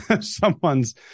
someone's